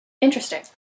Interesting